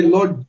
Lord